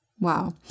Wow